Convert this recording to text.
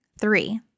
Three